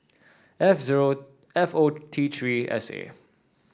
F zero F O T Three S A